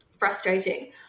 frustrating